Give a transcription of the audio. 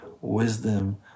wisdom